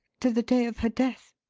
to the day of her death.